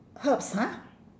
herbs !huh!